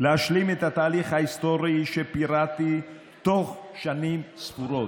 להשלים את התהליך ההיסטורי שפירטתי תוך שנים ספורות,